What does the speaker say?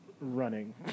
running